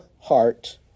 heart